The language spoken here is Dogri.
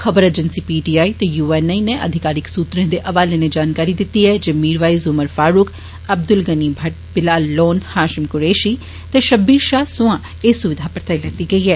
खबर एजेंसी पीटीआई ते यूएनआई नै अधिकारिक सूत्रें दे हवाले नै जानकारी दित्ती ऐ जे मीरवाइज़ उमर फारूक अब्दुल गनी भट्ट बिलाल लान हाषिन कुरेषी ते सब्बीर षाह थमां एह् सुविधा परताई लैती गेई ऐ